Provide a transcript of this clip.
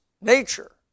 Nature